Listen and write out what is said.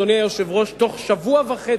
אנחנו, אדוני היושב-ראש, בתוך שבוע וחצי,